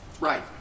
right